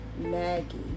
Maggie